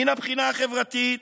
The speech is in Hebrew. מן הבחינה החברתית: